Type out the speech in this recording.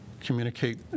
communicate